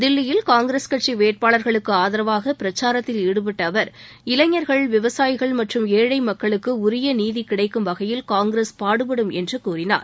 தில்லியில் காங்கிரஸ் கட்சி வேட்பாளர்களுக்கு ஆதரவாக பிரச்சாரத்தில் ஈடுபட்ட அவர் இளைஞர்கள் விவசாயிகள் மற்றும் ஏழை மக்களுக்கு உரிய நீதி கிடைக்கும் வகையில் காங்கிரஸ் பாடுபடும் என்று கூறினார்